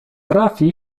trafi